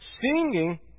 singing